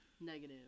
negative